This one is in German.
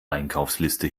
einkaufsliste